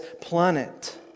planet